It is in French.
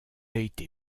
été